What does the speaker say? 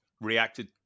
reacted